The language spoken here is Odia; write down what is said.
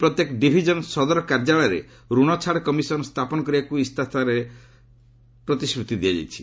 ପ୍ରତ୍ୟେକ ଡିଭିଜନ୍ ସଦର କାର୍ଯ୍ୟାଳୟରେ ଋଣ ଛାଡ଼ କମିଶନ୍ ସ୍ଥାପନ କରିବାକୁ ଇସ୍ତାହାରରେ ପ୍ରତିଶ୍ରତି ଦିଆଯାଇଛି